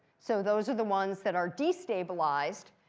so those are the ones that are destabilized.